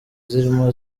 zirimo